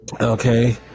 Okay